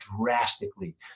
drastically